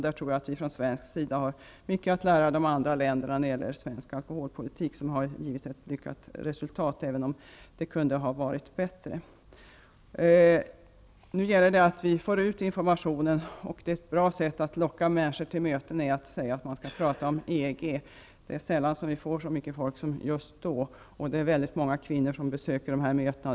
Där tror jag att vi från svensk sida har mycket att lära andra länder när det gäller svensk alkoholpolitik -- som, även om det kunde ha varit bättre, har givit ett lyckat resultat. Nu gäller det att få ut informationen. Ett bra sätt att locka människor till möten är att tala om EG. Det är sällan det kommer så mycket folk som just då. Många kvinnor besöker dessa möten.